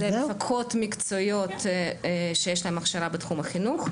זה מפקחות מקצועיות שיש להן הכשרה בתחום החינוך.